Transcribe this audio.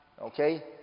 Okay